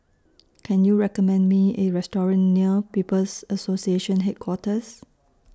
Can YOU recommend Me A Restaurant near People's Association Headquarters